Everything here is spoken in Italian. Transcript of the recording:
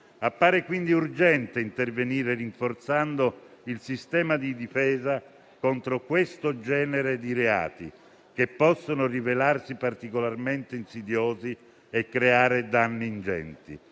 Appare quindi urgente intervenire rinforzando il sistema di difesa contro questo genere di reati, che possono rivelarsi particolarmente insidiosi e creare danni ingenti.